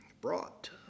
brought